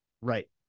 Right